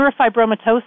neurofibromatosis